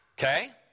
okay